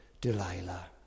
Delilah